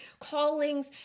callings